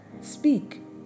Speak